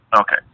Okay